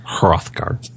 Hrothgar